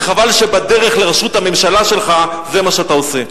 וחבל שבדרך לראשות הממשלה שלך זה מה שאתה עושה.